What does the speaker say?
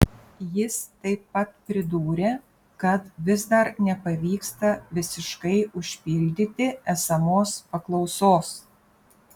jis taip pat pridūrė kad vis dar nepavyksta visiškai užpildyti esamos paklausos